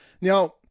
Now